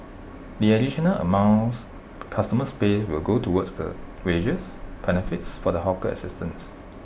the additional amounts customers pay will go towards the wages benefits for the hawker assistants